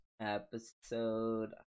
episode